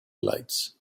lights